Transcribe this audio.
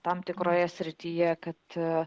tam tikroje srityje kad